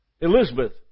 Elizabeth